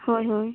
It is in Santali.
ᱦᱳᱭ ᱦᱳᱭ